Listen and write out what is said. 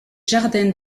jardins